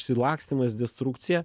išsilakstymas destrukcija